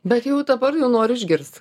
bet jau dabar nu noriu išgirst